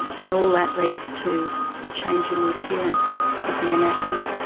and all that leads to a change in the appearance of the anatomy.